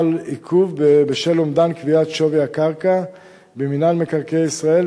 חל עיכוב בשל אומדן קביעת שווי הקרקע במינהל מקרקעי ישראל,